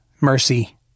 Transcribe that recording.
mercy